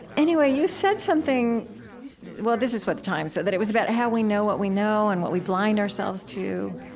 anyway, you said something well, this is what the times said, that it was about how we know what we know, and what we blind ourselves to,